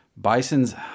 Bison's